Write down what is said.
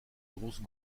grosses